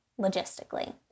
logistically